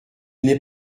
n’est